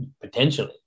Potentially